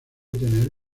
tener